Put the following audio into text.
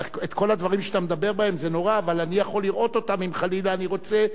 אבל אני יכול לראות אותם רק אם הנכדים שלי יראו לי איך,